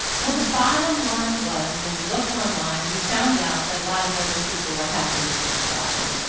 well, the bottom line was when we looked online we found out that a lot of other people were having the same problem.